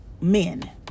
men